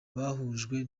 bahujwe